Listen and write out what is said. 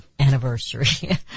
anniversary